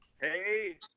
Hey